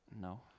No